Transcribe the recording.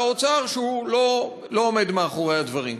שר האוצר שהוא לא עומד מאחורי הדברים.